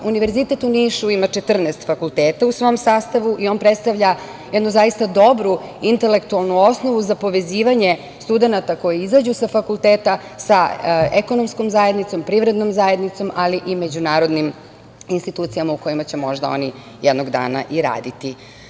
Univerzitet u Nišu ima 14 fakulteta u svom sastavu i on predstavlja jednu zaista dobru intelektualnu osnovu za povezivanje studenata koji izađu sa fakulteta sa ekonomskom zajednicom, privrednom zajednicom, ali i međunarodnim institucijama u kojima će možda oni jednog dana i raditi.